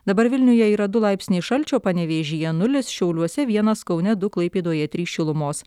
dabar vilniuje yra du laipsniai šalčio panevėžyje nulis šiauliuose vienas kaune du klaipėdoje trys šilumos